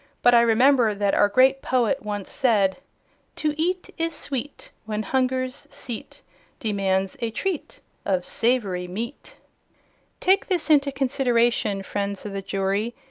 but i remember that our great poet once said to eat is sweet when hunger's seat demands a treat of savory meat take this into consideration, friends of the jury,